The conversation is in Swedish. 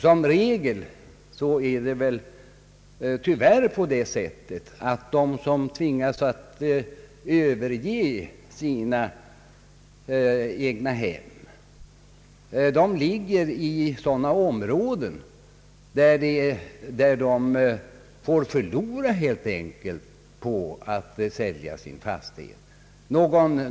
Som regel är det väl tyvärr på det sättet att de egnahem som dessa människor tvingas överge ligger i sådana områden där man helt enkelt förlorar på att sälja sin fastighet.